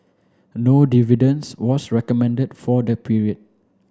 no dividends was recommended for the period